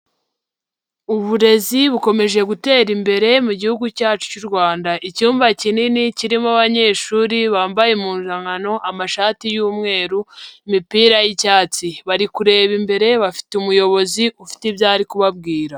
Uburezi bukomeje gutera imbere mu gihugu cyacu cy'u Rwanda. Icyumba kinini kirimo abanyeshuri bambaye impuzankano, amashati y'umweru, imipira y'icyatsi. Bari kureba imbere bafite umuyobozi ufite ibyo ari kubabwira.